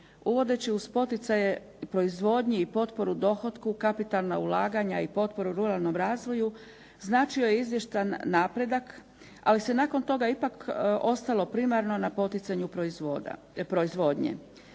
uvodeći uz poticaje proizvodnji i potporu dohotku, kapitalna ulaganja i potporu ruralnom razvoju značio je izvjestan napredak ali se nakon toga ipak ostalo primarno na poticanju proizvodnje.